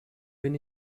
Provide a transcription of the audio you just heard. bin